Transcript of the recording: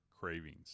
cravings